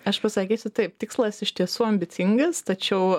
aš pasakysiu taip tikslas iš tiesų ambicingas tačiau